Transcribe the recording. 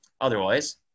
Otherwise